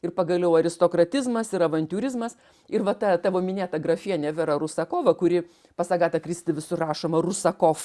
ir pagaliau aristokratizmas ir avantiūrizmas ir va ta tavo minėta grafienė vera rusakova kuri pas agatą kristi visur rašoma rusakof